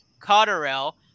Cotterell